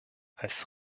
als